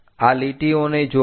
આ લીટીઓને જોડો